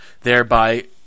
thereby